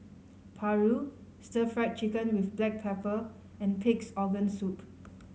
paru Stir Fried Chicken with black pepper and Pig's Organ Soup